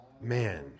Man